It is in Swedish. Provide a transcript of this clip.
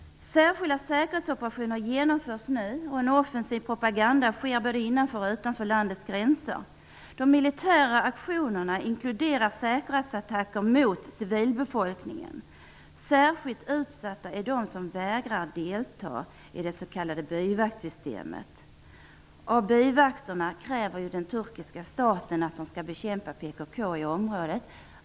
Särskilda säkerhetsoperationer genomförs nu, och en offensiv propagande sker både innanför och utanför landets gränser. De militära aktionerna inkluderar säkerhetsattacker mot civilbefolkningen. Särskilt utsatta är de som vägrar delta i det s.k. byvaktssystemet. Av byvakterna kräver den turkiska staten att de skall bekämpa PKK i området.